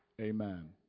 Amen